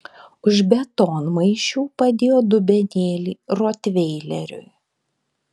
už betonmaišių padėjo dubenėlį rotveileriui